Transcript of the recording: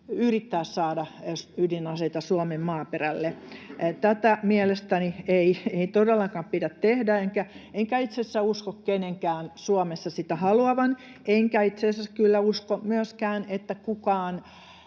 yrittää saada ydinaseita Suomen maaperälle. Tätä mielestäni ei todellakaan pidä tehdä, enkä itse asiassa usko kenenkään Suomessa sitä haluavan, enkä itse asiassa usko kyllä myöskään, että kukaan